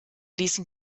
ließen